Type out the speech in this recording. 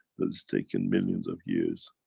that has taken millions of years.